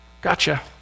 Gotcha